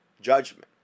judgment